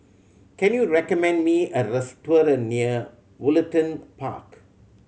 can you recommend me a restaurant near Woollerton Park